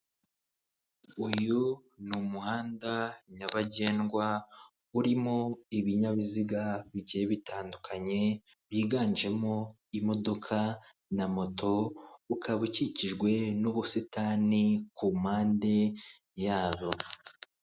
Uyu ni umuhanda nyabagendwa urimo ibinyabiziga bigiye bitandukanye, byiganjemo ibinyabiziga na moto, ukaba ukikijwe n'ubusitani ku mpande yabwo.